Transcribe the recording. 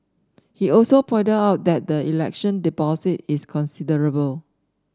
he also pointed out that the election deposit is considerable